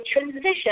transition